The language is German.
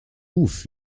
ruf